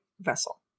vessel